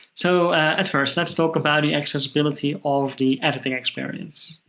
so at first, let's talk about the accessibility of the editing experience.